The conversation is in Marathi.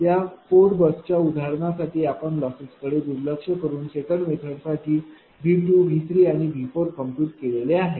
या 4 बसच्या उदाहरणासाठी आपण लॉसेस कडे दुर्लक्ष करून सेकंड मेथड साठी V V आणि V कॉम्प्युट केलेले आहे